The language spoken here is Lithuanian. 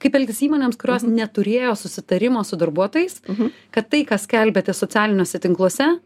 kaip elgtis įmonėms kurios neturėjo susitarimo su darbuotojais kad tai ką skelbiate socialiniuose tinkluose